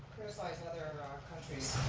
criticize other